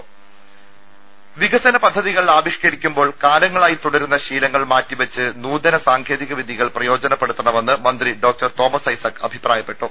ദരദ വികസന പദ്ധതികൾ ആവിഷ്കരിക്കുമ്പോൾ കാലങ്ങളായി തുടരുന്ന ശീലങ്ങൾ മാറ്റിവെച്ച് നൂതന സാങ്കേതിക വിദ്യകൾ പ്രയോജനപ്പെടുത്തണമെന്ന് മന്ത്രി ഡോക്ടർ തോമസ് ഐസക് അഭിപ്രായപ്പെട്ടു